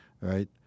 right